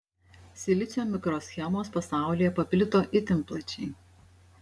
silicio mikroschemos pasaulyje paplito itin plačiai